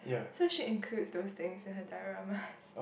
so she includes those things in her dramas